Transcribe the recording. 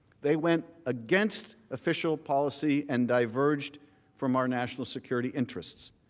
they went against official policy, and diverged from our national security interests.